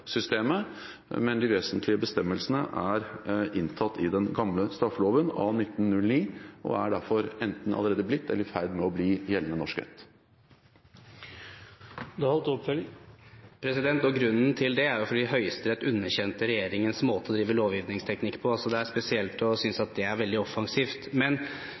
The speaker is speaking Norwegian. og er derfor allerede blitt, eller er i ferd med å bli, gjeldende norsk rett. Grunnen til det er at Høyesterett underkjente regjeringens måte å drive lovgivningsteknikk på. Det er spesielt å synes at det er veldig offensivt.